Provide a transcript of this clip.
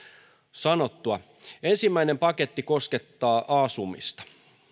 sanottua ensimmäinen paketti koskettaa asumista